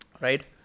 Right